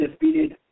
defeated